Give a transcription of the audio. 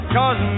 Cause